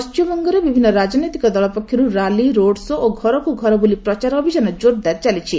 ପଶ୍ଚିମବଙ୍ଗରେ ବିଭିନ୍ନ ରାଜନୈତିକ ଦଳ ପକ୍ଷରୁ ର୍ୟାଲି ରୋଡ୍ ଶୋ ଓ ଘରକୁ ଘର ବୁଲି ପ୍ରଚାର ଅଭିଯାନ ଜୋରଦାର ଚାଲିଛି